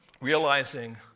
realizing